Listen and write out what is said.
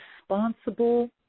responsible